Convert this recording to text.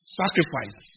sacrifice